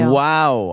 wow